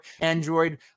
android